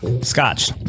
Scotch